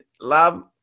love